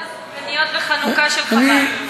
לגבי הסופגניות של חב"ד בחנוכה.